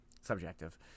Subjective